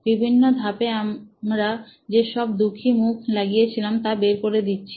বিভিন্ন ধাপে আমরা যে সব দুঃখী মুখ লাগিয়েছিলাম তা বের করে দিচ্ছি